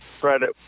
credit